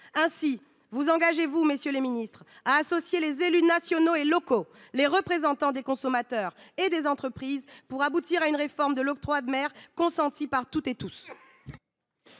ministres, vous engagez vous à associer les élus nationaux et locaux, les représentants des consommateurs et des entreprises, pour aboutir à une réforme de l’octroi de mer consentie par toutes et tous